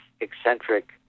eccentric